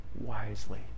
wisely